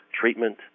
treatment